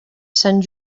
sant